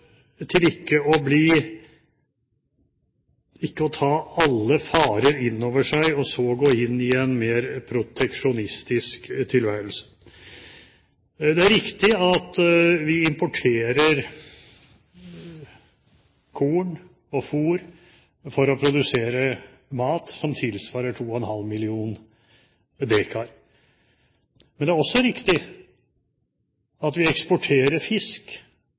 til ikke å ta alle farer inn over seg og så gå inn i en mer proteksjonistisk tilværelse. Det er riktig at vi importerer korn og fôr for å produsere mat som tilsvarer 2,5 millioner dekar. Men det er også riktig at vi eksporterer fisk